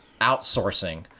outsourcing